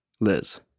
Liz